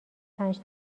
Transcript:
پنج